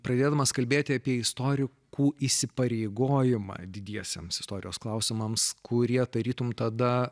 pradėdamas kalbėti apie istorikų įsipareigojimą didiesiems istorijos klausimams kurie tarytum tada